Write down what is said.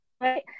Right